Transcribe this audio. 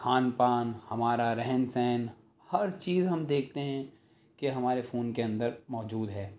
خوان پان ہمارا رہن سہن ہر چیز ہم دیکھتے ہیں کہ ہمارے فون کے اندر موجود ہے